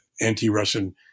anti-Russian